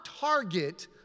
target